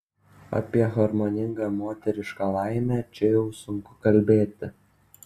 apie harmoningą moterišką laimę čia jau sunku kalbėti